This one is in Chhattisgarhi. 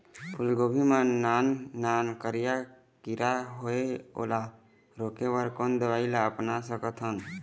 फूलगोभी मा नान नान करिया किरा होयेल ओला रोके बर कोन दवई ला अपना सकथन?